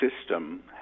system